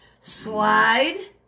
slide